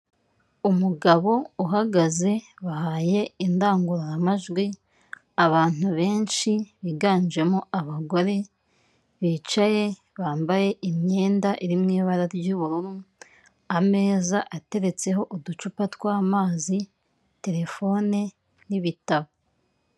Umugabo uhagaze bahaye indangururamajwi, abantu benshi biganjemo abagore bicaye bambaye imyenda irimo ibara ry' ubururu. Ameza ateretseho uducupa tw' amazi, terefone n' ibitabo.